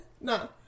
No